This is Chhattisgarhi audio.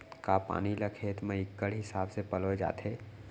का पानी ला खेत म इक्कड़ हिसाब से पलोय जाथे?